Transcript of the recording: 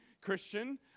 Christian